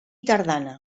tardana